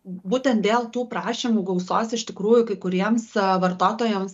būtent dėl tų prašymų gausos iš tikrųjų kai kuriems vartotojams